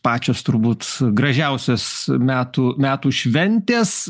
pačios turbūt gražiausios metų metų šventės